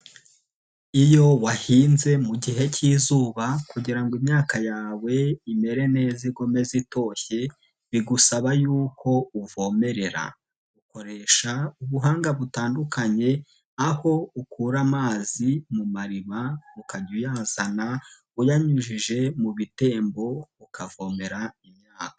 Iyo wahinze mu gihe k'izuba kugira ngo imyaka yawe imere neza ikomeze itoshye bigusaba yuko uvomerera, ukoresha ubuhanga butandukanye aho ukura amazi mu mariba ukajya uyahazana uyanyujije mu bitembo ukavomera imyaka.